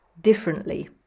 differently